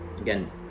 again